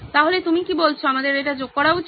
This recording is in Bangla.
তাহলে তুমি কি বলছো আমাদের এটা যোগ করা উচিত